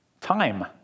Time